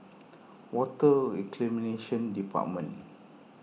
Water Reclamation Department